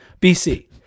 BC